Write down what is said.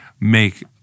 make